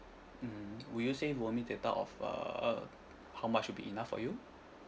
mm would you say roaming data of uh how much would be enough for you